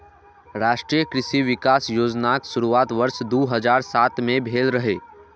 राष्ट्रीय कृषि विकास योजनाक शुरुआत वर्ष दू हजार सात मे भेल रहै